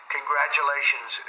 Congratulations